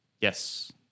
Yes